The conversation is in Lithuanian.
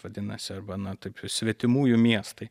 vadinasi arba na taip svetimųjų miestai